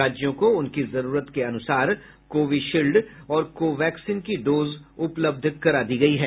राज्यों को उनकी जरूरत के अनुसार कोविशील्ड और कोवैक्सीन की डोज उपलब्ध करा दी गई है